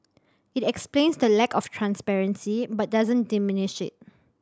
it explains the lack of transparency but doesn't diminish it